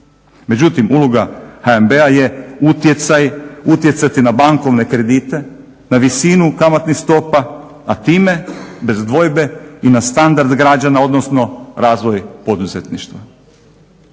Međutim, uloga HNB je utjecaj, utjecati na bankovne kredite, na visinu kamatnih stopa, a time bez dvojbe i na standard građana, odnosno razvoj poduzetništva.